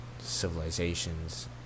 civilization's